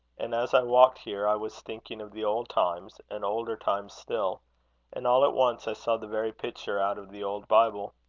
and as i walked here, i was thinking of the old times, and older times still and all at once i saw the very picture out of the old bible.